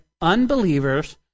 unbelievers